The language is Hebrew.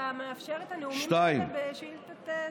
אתה מאפשר את הנאומים האלה בשאילתה,